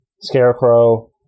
scarecrow